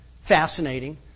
fascinating